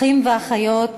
אחים ואחיות,